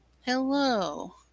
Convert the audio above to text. Hello